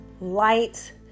light